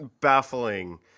baffling